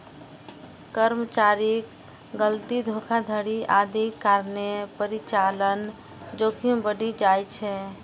कर्मचारीक गलती, धोखाधड़ी आदिक कारणें परिचालन जोखिम बढ़ि जाइ छै